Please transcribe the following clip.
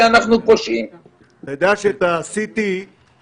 מתוך כ-180,000 איכונים